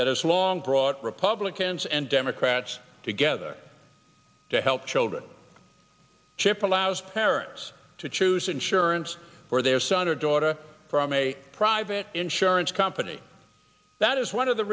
that has long brought republicans and democrats together to help children chip allows parents to choose insurance for their son or daughter from a private insurance company that is one of the